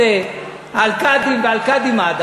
הייתה,